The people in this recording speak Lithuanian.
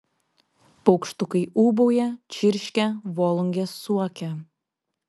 paukštukai ūbauja čirškia volungės suokia